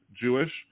Jewish